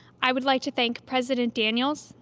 i would like to thank president daniels,